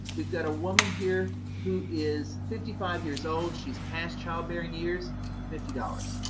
we've got a woman here who is fifty five years old, she's past childbearing years fifty dollars.